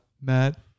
Matt